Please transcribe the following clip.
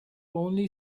only